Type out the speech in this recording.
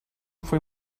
fue